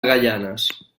gaianes